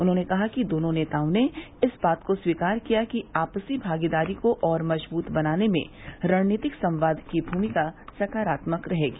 उन्होंने कहा कि दोनों नेताओं ने इस बात को स्वीकार किया कि आपसी भागीदारी को और मजबूत बनाने में रणनीतिक संवाद की भूमिका सकारात्मक रहेगी